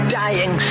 dying